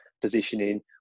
positioning